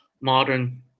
modern